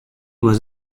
was